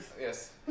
Yes